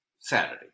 Saturday